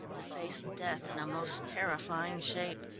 to face death in a most terrifying shape.